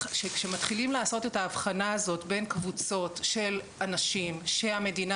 כשמתחילים לעשות את ההבחנה הזאת בין קבוצות של אנשים שהמדינה